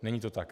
Není to tak.